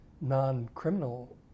non-criminal